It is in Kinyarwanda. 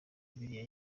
bibiliya